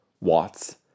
Watts